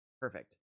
perfect